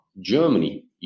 Germany